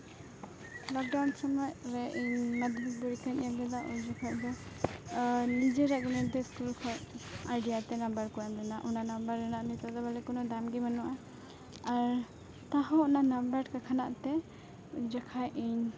lockdown ᱥᱚᱢᱚᱭ ᱨᱮ ᱤᱧ ᱢᱟᱫᱽᱫᱷᱚᱢᱤᱠ ᱯᱚᱨᱤᱠᱠᱷᱟᱧ ᱮᱢ ᱞᱮᱫᱟ ᱩᱱ ᱡᱚᱠᱷᱚᱱ ᱫᱚ ᱱᱤᱡᱮᱨᱟᱜ ᱜᱮ ᱤᱥᱠᱩᱞ ᱠᱷᱚᱱ ᱟᱭᱰᱤᱭᱟᱛᱮ ᱱᱟᱢᱵᱟᱨ ᱠᱚ ᱮᱢ ᱞᱮᱱᱟ ᱚᱱᱟ ᱱᱟᱢᱵᱟᱨ ᱨᱮᱱᱟᱜ ᱱᱤᱛᱳᱜ ᱫᱚ ᱵᱚᱞᱮ ᱠᱳᱱᱳ ᱫᱟᱢ ᱜᱮ ᱵᱟᱹᱱᱩᱜᱼᱟ ᱟᱨ ᱛᱟᱣ ᱦᱚᱸ ᱚᱱᱟ ᱱᱟᱢᱵᱟᱨ ᱛᱮᱠᱷᱟᱱᱟᱜ ᱛᱮ ᱡᱚᱠᱷᱚᱱ ᱤᱧ